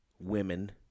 women